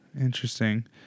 Interesting